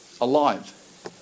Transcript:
alive